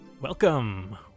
welcome